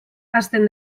hasten